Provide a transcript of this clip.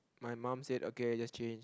my mum said okay just change